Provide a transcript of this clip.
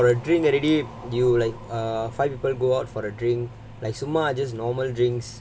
ya correct ya for a drink already you like err five people go out for a drink like some more just normal drinks